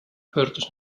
pöördus